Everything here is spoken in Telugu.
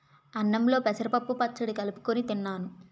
అన్నంలో పెసరపప్పు పచ్చడి కలుపుకొని తిన్నాను